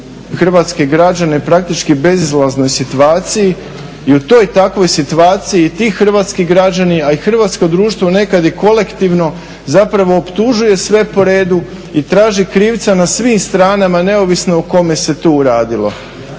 hrvatske građane praktički bezizlaznoj situaciji. I u toj takvoj situaciji i ti hrvatski građani a i hrvatsko društvo nekada i kolektivno zapravo optužuje sve po redu i traži krivca na svim stranama neovisno o kome se tu radilo.